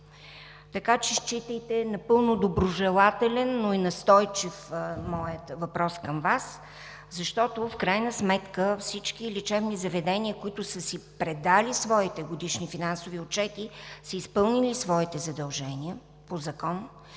Така че считайте, че напълно доброжелателен, но и настойчив е моят въпрос към Вас. Защото в крайна сметка всички лечебни заведения, които са си предали своите годишни финансови отчети, са изпълнили своите задължения по Закон,